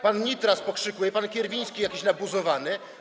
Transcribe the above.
pan Nitras pokrzykuje, pan Kierwiński jakiś nabuzowany.